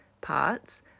parts